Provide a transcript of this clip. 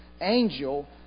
angel